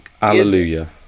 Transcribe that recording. Hallelujah